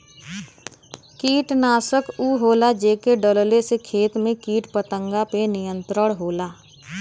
कीटनाशक उ होला जेके डलले से खेत में कीट पतंगा पे नियंत्रण होला